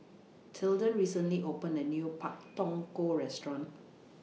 Tilden recently opened A New Pak Thong Ko Restaurant